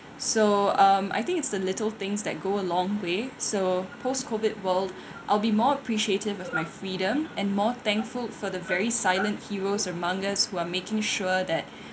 so um I think it's the little things that go a long way so post COVID world I'll be more appreciative of my freedom and more thankful for the very silent heroes among us who are making sure that